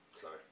sorry